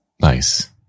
Nice